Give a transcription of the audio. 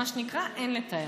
מה שנקרא אין לתאר.